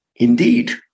Indeed